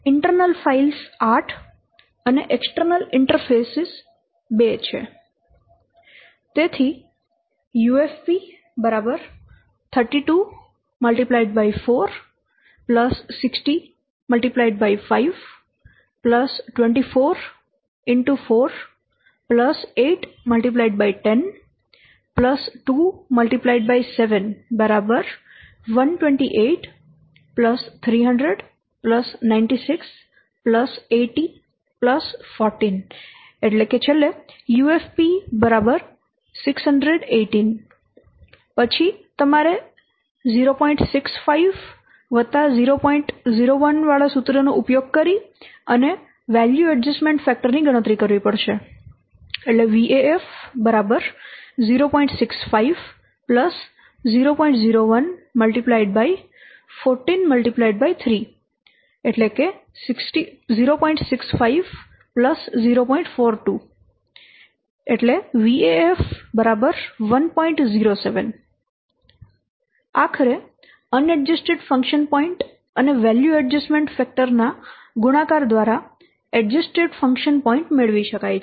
internal files 8 અને external interface 2 છે